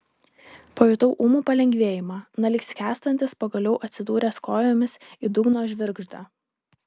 pajutau ūmų palengvėjimą na lyg skęstantis pagaliau atsidūręs kojomis į dugno žvirgždą